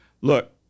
look